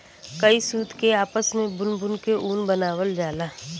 कई सूत के आपस मे बुन बुन के ऊन बनावल जाला